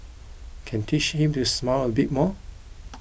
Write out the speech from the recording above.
can teach him to smile a bit more